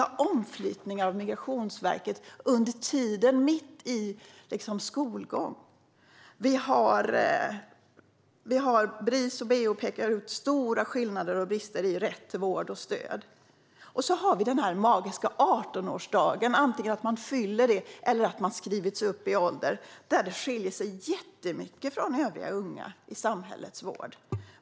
Migrationsverket flyttar om människor mitt i deras skolgång. Bris och BO pekar ut stora skillnader och brister när det gäller rätt till vård och stöd. Och så har vi den magiska 18-årsdagen, antingen att man fyller 18 år eller att man skrivs upp i ålder. Där skiljer det sig jättemycket från övriga unga i samhällets vård.